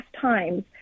times